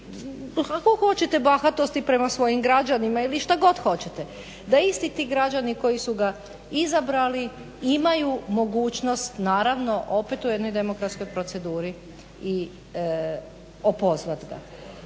ako hoćete bahatosti prema svojim građanima, ili šta god hoćete, da isti ti građani koji su ga izabrali imaju mogućnost naravno opet u jednoj demokratskoj proceduri i opozvati ga.